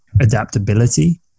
adaptability